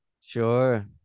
Sure